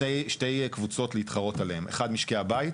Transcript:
שתי קבוצות להתחרות עליהן: אחד משקי הבית